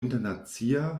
internacia